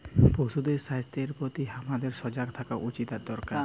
পশুদের স্বাস্থ্যের প্রতিও হামাদের সজাগ থাকা উচিত আর দরকার